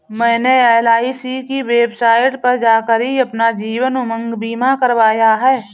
मैंने एल.आई.सी की वेबसाइट पर जाकर ही अपना जीवन उमंग बीमा करवाया है